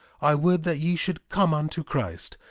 i would that ye should come unto christ,